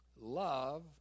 Love